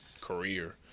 career